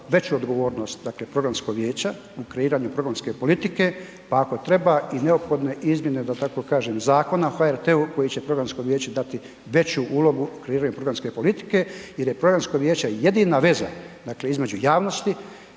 veću odgovornost, dakle programskog vijeća u kreiranju programske politike, pa ako treba i neophodne izmjene da tako kažem Zakona o HRT-u koji će programskom vijeću dati veću ulogu u kreiranju programske politike jer je programsko vijeće jedina veza, dakle između javnosti,